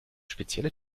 spezielle